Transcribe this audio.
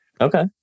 Okay